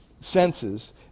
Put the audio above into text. senses